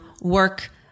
work